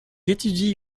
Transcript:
étudie